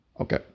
Okay